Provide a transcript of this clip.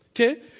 Okay